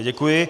Děkuji.